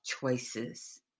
choices